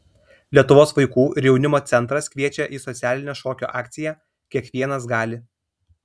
lietuvos vaikų ir jaunimo centras kviečia į socialinę šokio akciją kiekvienas gali